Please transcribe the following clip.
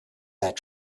that